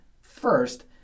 first